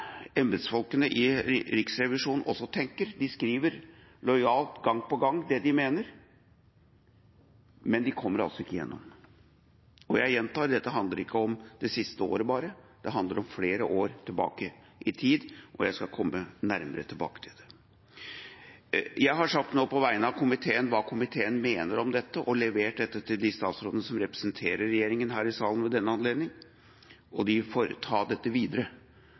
embetsfolkene i Riksrevisjonen tenker. De skriver lojalt gang på gang det de mener, men de kommer altså ikke igjennom. Og jeg gjentar: Dette handler ikke om det siste året bare, det handler om flere år tilbake i tid, og jeg skal komme nærmere tilbake til det. Jeg har sagt nå på vegne av komiteen hva komiteen mener om dette, og levert dette til de statsrådene som representerer regjeringa har i salen ved denne anledning. De får ta dette videre,